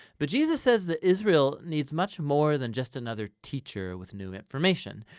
but jesus says that israel needs much more than just another teacher with new information,